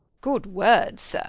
good words, sir.